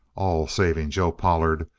all saving joe pollard,